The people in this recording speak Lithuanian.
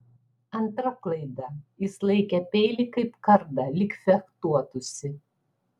antra klaida jis laikė peilį kaip kardą lyg fechtuotųsi